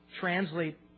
translate